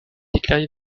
déclaré